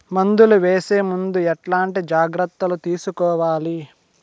మందులు వేసే ముందు ఎట్లాంటి జాగ్రత్తలు తీసుకోవాలి?